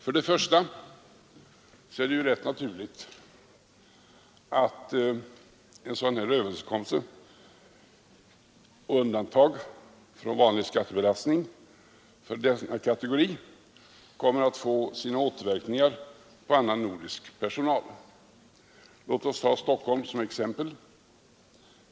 Först och främst är det rätt naturligt att en sådan här överenskommelse om undantag från vanlig skattebelastning för denna kategori kommer att få återverkningar på annan nordisk personal. Låt oss ta Stockholm som exempel.